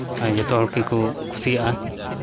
ᱡᱚᱛᱚ ᱦᱚᱲ ᱜᱮᱠᱚ ᱠᱩᱥᱤᱭᱟᱜᱼᱟ